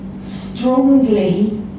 strongly